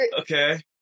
okay